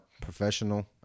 professional